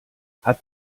hat